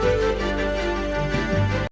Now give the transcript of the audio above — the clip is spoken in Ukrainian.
Дякую.